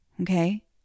Okay